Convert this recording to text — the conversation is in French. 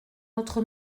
notre